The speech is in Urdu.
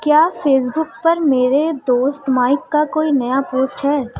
کیا فیس بک پر میرے دوست مائک کا کوئی نیا پوسٹ ہے